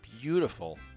beautiful